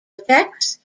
effects